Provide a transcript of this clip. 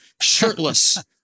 shirtless